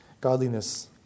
godliness